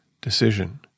decision